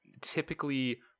typically